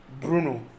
Bruno